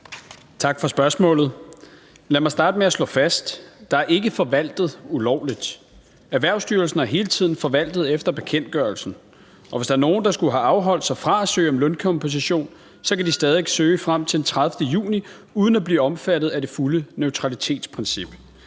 Tak for spørgsmålet. Lad mig starte med at slå noget fast: Der er ikke forvaltet ulovligt. Erhvervsstyrelsen har hele tiden forvaltet efter bekendtgørelsen, og hvis der er nogen, der skulle have afholdt sig fra at søge om lønkompensation, kan de stadig væk søge frem til den 30. juni uden at blive omfattet af det fulde neutralitetsprincip.